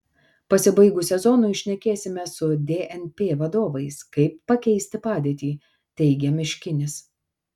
pasibaigus sezonui šnekėsime su dnp vadovais kaip pakeisti padėtį teigia miškinis